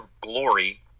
glory